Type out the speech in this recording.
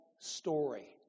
story